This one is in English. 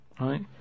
right